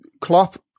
Klopp